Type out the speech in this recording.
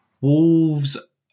Wolves